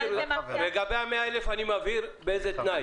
לגבי ה-100,000 אני מבהיר באיזה תנאי.